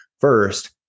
first